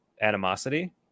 animosity